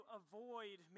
avoid